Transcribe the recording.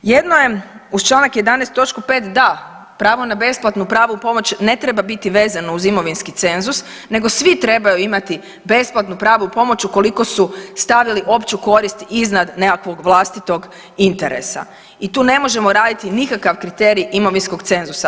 Jedno je uz Članak 11. točku 5. da, pravo na besplatnu pravnu pomoć ne treba biti vezano uz imovinski cenzus nego svi trebaju imati besplatnu pravnu pomoć ukoliko su stavili opću korist iznad nekakvog vlastitog interesa i tu ne možemo raditi nikakav kriterij imovinskog cenzusa.